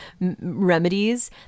remedies